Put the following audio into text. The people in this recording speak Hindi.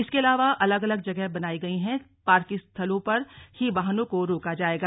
इसके अलावा अलग अलग जगह बनाये गए पार्किंग स्थलों पर ही वाहनों को रोका जाएगा